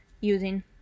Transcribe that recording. using